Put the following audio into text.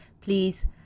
Please